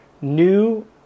new